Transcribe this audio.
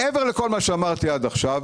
מעבר לכל מה שאמרתי עד עכשיו,